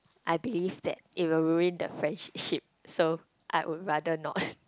I believe that it will ruin the friendship so I would rather not